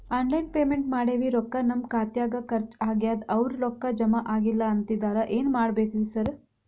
Online payment ಮಾಡೇವಿ ರೊಕ್ಕಾ ನಮ್ ಖಾತ್ಯಾಗ ಖರ್ಚ್ ಆಗ್ಯಾದ ಅವ್ರ್ ರೊಕ್ಕ ಜಮಾ ಆಗಿಲ್ಲ ಅಂತಿದ್ದಾರ ಏನ್ ಮಾಡ್ಬೇಕ್ರಿ ಸರ್?